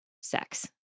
sex